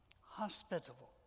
Hospitable